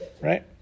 right